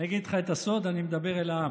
אני אגיד לך את הסוד: אני מדבר אל העם,